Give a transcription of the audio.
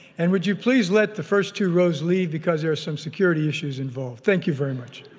and would you please let the first two rows leave because there are some security issues involved. thank you very much.